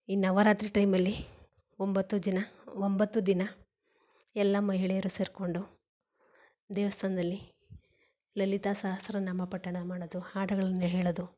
ಈ ನವರಾತ್ರಿ ಟೈಮಲ್ಲಿ ಒಂಬತ್ತು ಜನ ಒಂಬತ್ತು ದಿನ ಎಲ್ಲ ಮಹಿಳೆಯರು ಸೇರಿಕೊಂಡು ದೇವಸ್ಥಾನ್ದಲ್ಲಿ ಲಲಿತಾಸಹಸ್ರನಾಮ ಪಠಣ ಮಾಡೋದು ಹಾಡುಗಳನ್ನು ಹೇಳೋದು